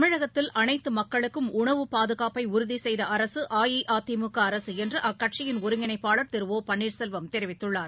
தமிழகத்தில் அனைத்து மக்களுக்கும் உணவு பாதுகாப்பை உறுதி செய்த அரசு அஇஅதிமுக அரசு என்று அக்கட்சியின் ஒருங்கிணைப்பாளா் திரு ஓ பன்னீா்செல்வம் தெரிவித்கள்ளார்